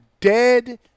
dead